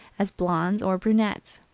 as blondes or brunettes.